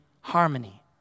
harmony